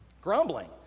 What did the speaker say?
grumbling